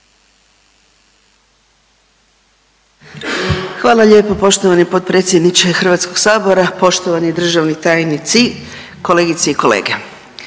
Hvala lijepo poštovani potpredsjedniče Hrvatskog sabora, poštovani državni tajnici kolegice i kolege.